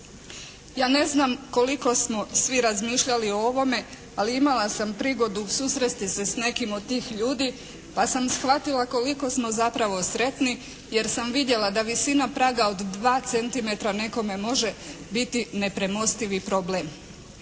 Ja ne znam koliko smo svi razmišljali o tome, ali imala sam prigodu susresti se s nekim od tih ljudi pa sam shvatila koliko smo zapravo sretni jer sam vidjela da visina praga od 2 centimetra nekome može biti nepremostivi problem.